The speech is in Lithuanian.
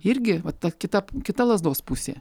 irgi va ta kita kita lazdos pusė